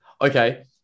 Okay